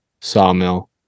Sawmill